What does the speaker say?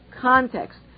context